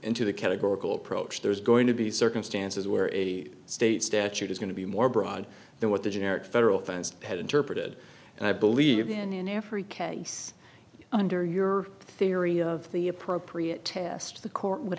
into the categorical approach there's going to be circumstances where a state statute is going to be more broad than what the generic federal funds had interpreted and i believed in in every case under your theory of the appropriate test the court would